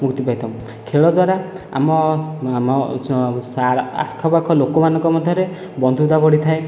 ମୁକ୍ତି ପାଇଥାଉ ଖେଳ ଦ୍ୱାରା ଆମ ଆଖପାଖ ଲୋକମାନଙ୍କ ମଧ୍ୟରେ ବନ୍ଧୁତା ବଢ଼ିଥାଏ